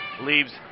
leaves